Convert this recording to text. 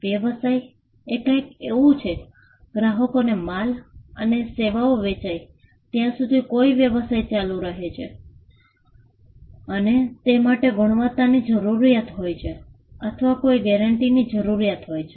વ્યવસાય એ કંઈક એવું છે ગ્રાહકોને માલ અને સેવાઓ વેચાય ત્યાં સુધી કોઈ વ્યવસાય ચાલુ રહે છે અને તે માટે ગુણવત્તાની જરૂરિયાત હોય છે અથવા કોઈ ગેરંટીની જરૂરિયાત હોય છે